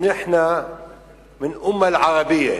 "נחנא מן אומא אל-ערבייה"